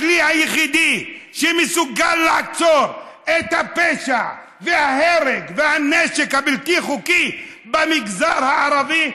הכלי היחידי שמסוגל לעצור את הפשע וההרג והנשק הבלתי-חוקי במגזר הערבי,